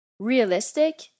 Realistic